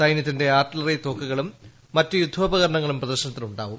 സൈന്യത്തിന്റെ ആർട്ടിലറി തോക്കുകളും മറ്റ് യുദ്ധോപകരണങ്ങളും പ്രദർശനത്തിലുണ്ടാവും